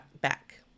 back